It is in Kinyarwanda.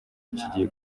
kigiye